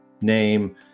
name